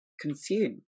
consume